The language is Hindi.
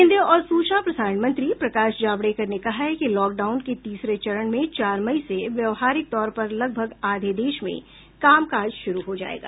केंद्रीय और सूचना प्रसारण मंत्री प्रकाश जावडेकर ने कहा है कि लॉकडाउन के तीसरे चरण में चार मई से व्यावहारिक तौर पर लगभग आधे देश में काम काज शुरू हो जाएगा